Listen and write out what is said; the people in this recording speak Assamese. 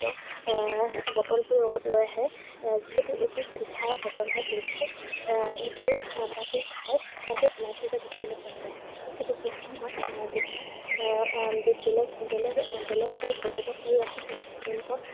বটলবোৰ লগত লৈ আহে যিহেতু এইবোৰ চিচাৰ বটল হয় তেওঁলোকে এইবোৰ তাতে খাই তাতে পেলাই থৈ যোৱা দেখিবলৈ পোৱা যায় এই ক্ষেত্ৰত বহু সময়ত যেতিয়া বেলেগ বেলেগ বেলেগ এদল পৰ্যটককাৰী আহে তেওঁলোকৰ